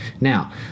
Now